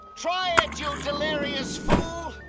try it, you delirious fool.